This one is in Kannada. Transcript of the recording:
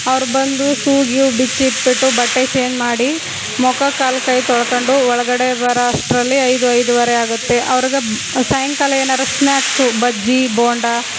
ಅವ್ರು ಬಂದು ಸೂ ಗೀವ್ ಬಿಚ್ಚಿಟ್ಟುಬಿಟ್ಟು ಬಟ್ಟೆ ಚೇಂಜ್ ಮಾಡಿ ಮುಖ ಕಾಲು ಕೈ ತೊಳ್ಕೊಂಡು ಒಳಗಡೆ ಬರೋ ಅಷ್ಟರಲ್ಲಿ ಐದು ಐದುವರೆ ಆಗುತ್ತೆ ಅವ್ರಿಗೆ ಸಾಯಂಕಾಲ ಏನಾದ್ರು ಸ್ನಾಕ್ಸು ಬಜ್ಜಿ ಬೋಂಡ